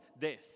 death